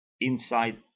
Inside